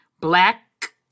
black